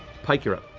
pike, you're up.